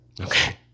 Okay